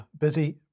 busy